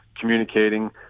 communicating